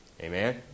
Amen